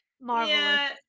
marvelous